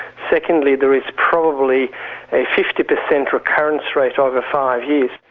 secondly there is probably a fifty percent recurrence rate over five years.